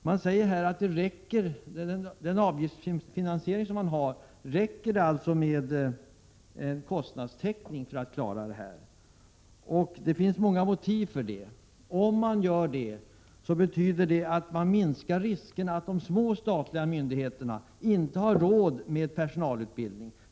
Det anses att de avgifter som betalas räcker för att man skall få kostnadstäckning, vilket är tillräckligt. Det finns många motiv för det. Bl. a. minskas riskerna för att de små statliga myndigheterna inte har råd med personalutbildning.